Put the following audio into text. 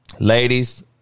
Ladies